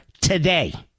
today